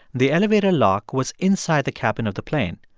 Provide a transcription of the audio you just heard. the elevator lock was inside the cabin of the plane.